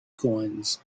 coins